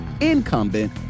incumbent